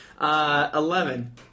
Eleven